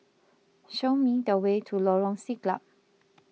show me the way to Lorong Siglap